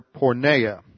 porneia